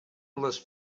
les